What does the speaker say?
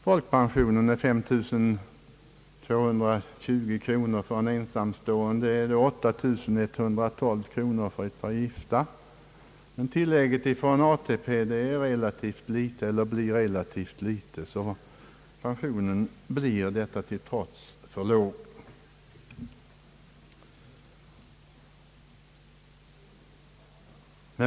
Folkpensionen utgör 35220 kronor för ensamstående eller 8112 kronor för ett gift par, men tillägget från ATP är relativt litet, och den sammanlagda pensionen blir därigenom för låg.